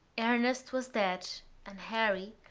ernest was dead and harry,